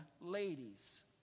ladies